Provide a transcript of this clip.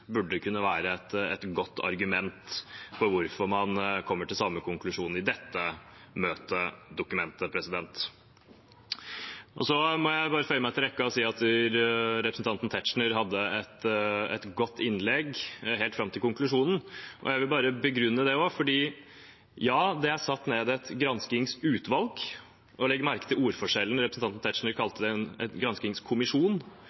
burde kunne være et godt argument for hvorfor man kommer til samme konklusjon når det gjelder dette møtedokumentet. Så må jeg bare føye meg inn i rekken av dem som sier at representanten Tetzschner hadde et godt innlegg – helt fram til konklusjonen. Jeg vil begrunne det. Ja, det er satt ned et granskingsutvalg – legg merke til ordforskjellen, representanten Tetzschner